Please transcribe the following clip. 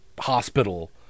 hospital